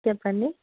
చెప్పండి